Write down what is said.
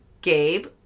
Gabe